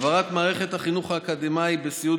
מעבירים את מערכת החינוך האקדמי בסיעוד